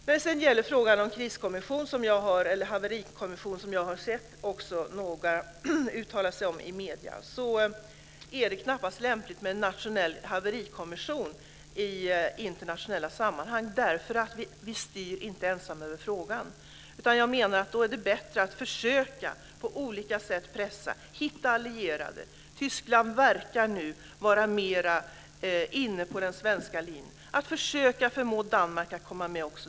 När det sedan gäller frågan om haverikommission, som jag också har sett några uttala sig om i medierna, vill jag säga att det knappast är lämpligt med en nationell haverikommission i internationella sammanhang. Vi styr inte ensamma över frågan. Jag menar att det är bättre att på olika sätt försöka pressa och hitta allierade för att på så vis bli så många som möjligt. Tyskland verkar nu vara mer inne på den svenska linjen. Vi ska försöka förmå Danmark att komma med också.